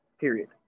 period